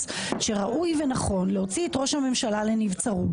שראוי ונכון להוציא את ראש הממשלה לנבצרות,